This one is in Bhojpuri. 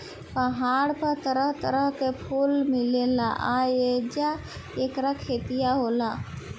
पहाड़ पर तरह तरह के फूल मिलेला आ ऐजा ऐकर खेतियो होला